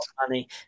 money